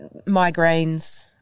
migraines